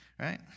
Right